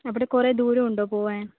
അവിടെ കുറെ ദൂരം ഉണ്ടോ പോകുവാൻ